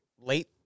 late